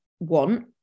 want